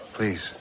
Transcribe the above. Please